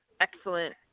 excellent